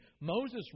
Moses